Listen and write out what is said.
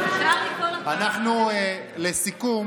לסיכום